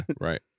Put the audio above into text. right